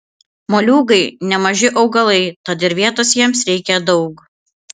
moliūgai nemaži augalai tad ir vietos jiems reikia daug